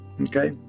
okay